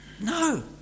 No